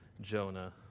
Jonah